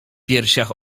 piersiach